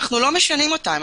אנחנו לא משנים אותם.